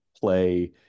play